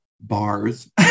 bars